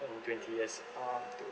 um twenty years up to